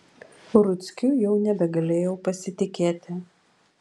ruckiu jau nebegalėjau pasitikėti